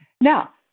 Now